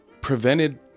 prevented